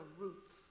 roots